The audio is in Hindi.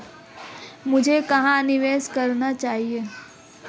मुझे कहां निवेश करना चाहिए?